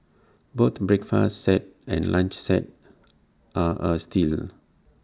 both breakfast set and lunch set are A steal